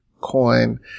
coin